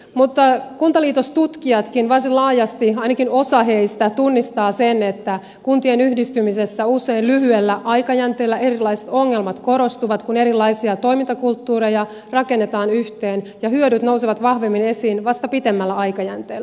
mutta kuntaliitostutkijatkin varsin laajasti ainakin osa heistä tunnistavat sen että kuntien yhdistymisessä usein lyhyellä aikajänteellä erilaiset ongelmat korostuvat kun erilaisia toimintakulttuureja rakennetaan yhteen ja hyödyt nousevat vahvemmin esiin vasta pitemmällä aikajänteellä